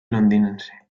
londinense